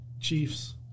Chiefs